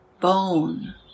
bone